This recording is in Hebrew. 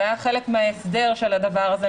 זה היה חלק מההסדר של הדבר הזה.